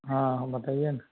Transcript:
हाँ हाँ बताइए ना